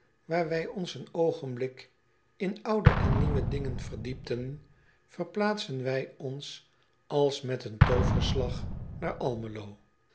waar wij ons een oogenblik in oude en nieuwe dingen verdiepten verplaatsen wij ons als met een tooverslag naar